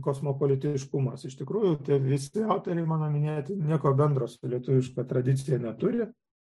kosmopolitiškumas iš tikrųjų tie visi autoriai mano minėti nieko bendro su lietuviška tradicija neturi